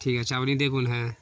ঠিক আছে আপনি দেখুন হ্যাঁ